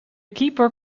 keeper